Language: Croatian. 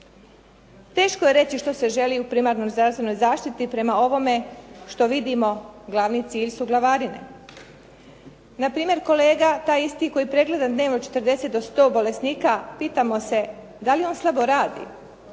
Teško je reći što se želi u primarnoj zdravstvenoj zaštiti prema ovome što vidimo, glavnice ili su glavarine. Na primjer kolega taj isti koji pregleda dnevno 40 do 100 bolesnika pitamo se da li on slabo radi,